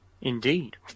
Indeed